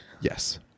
yes